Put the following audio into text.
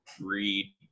read